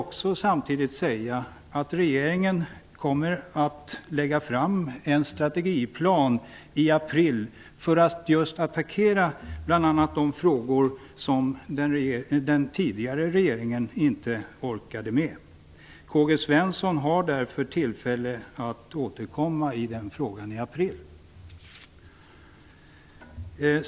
I april kommer regeringen att lägga fram en strategiplan för att att attackera bl.a. de frågor som den tidigare regeringen inte orkade med. Karl-Gösta Svenson har därför tillfälle att i april återkomma till den frågan.